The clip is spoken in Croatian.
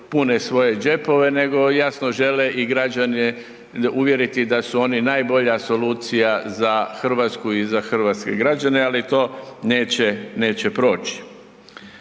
pune svoje džepove nego jasno žele i građane uvjeriti da su oni najbolja solucija za Hrvatsku i za hrvatske građane ali to neće proći.